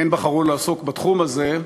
בחרו לעסוק בתחום הזה,